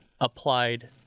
applied